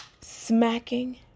smacking